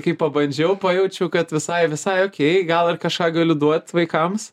kai pabandžiau pajaučiau kad visai visai okei gal ir kažką galiu duot vaikams